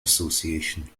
association